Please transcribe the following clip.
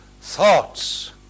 thoughts